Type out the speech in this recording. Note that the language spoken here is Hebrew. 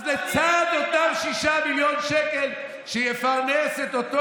אז לצד אותם 6 מיליון שקל שיפרנסו את אותו